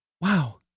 Wow